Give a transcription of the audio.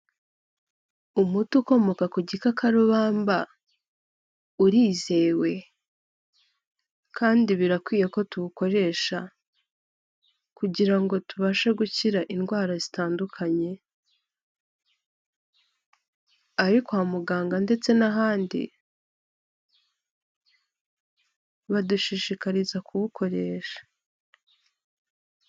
Umuti ukomoka ku gikakarubamba urizewe kandi birakwiye ko tuwukoresha kugira ngo tubashe gukira indwara zitandukanye ari kwa muganga n'ahandi badushishiriza kuwukoresha.